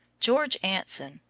george anson,